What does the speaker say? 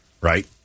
right